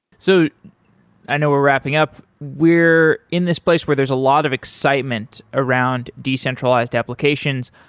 so i know we're wrapping up. we're in this place where there's a lot of excitement around decentralized applications,